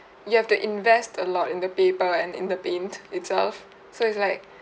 you have to invest a lot in the paper and in the paint itself so it's like